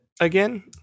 again